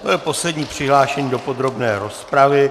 To byl poslední přihlášený do podrobné rozpravy.